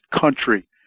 country